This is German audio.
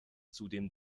zudem